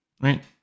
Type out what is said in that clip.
Right